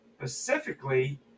Specifically